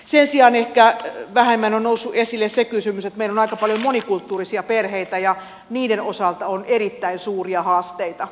sen sijaan ehkä vähemmän on noussut esille se kysymys että meillä on aika paljon monikulttuurisia perheitä ja niiden osalta on erittäin suuria haasteita